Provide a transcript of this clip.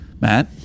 Matt